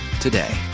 today